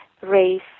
race